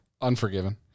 Unforgiven